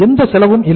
எந்த செலவும் இல்லை